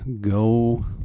go